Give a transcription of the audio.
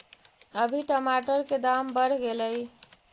अभी टमाटर के दाम बढ़ गेलइ